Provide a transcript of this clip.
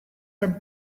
are